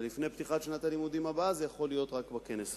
ולפני שנת הלימודים הבאה זה יכול להיות רק בכנס הזה.